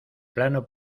plano